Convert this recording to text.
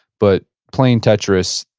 but playing tetris,